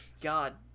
god